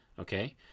okay